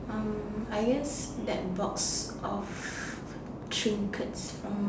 um I guess box of trinkets from